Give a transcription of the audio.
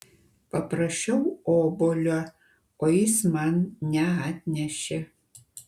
paprašiau obuolio o jis man neatnešė